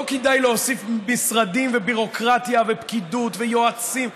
לא כדאי להוסיף משרדים וביורוקרטיה ופקידות ויועצים.